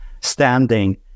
standing